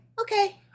okay